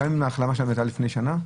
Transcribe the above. גם אם ההחלמה שלהם הייתה לפני שנה?